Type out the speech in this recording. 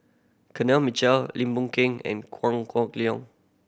Mitchell Lim Boon Keng and Kong